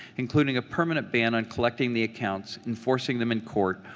including a permanent ban on collecting the accounts, enforcing them in court,